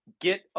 Get